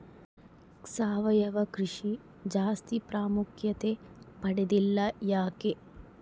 ಸಾವಯವ ಕೃಷಿ ಜಾಸ್ತಿ ಪ್ರಾಮುಖ್ಯತೆ ಪಡೆದಿಲ್ಲ ಯಾಕೆ?